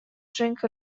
drink